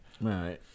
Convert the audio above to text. right